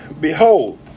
Behold